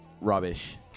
Rubbish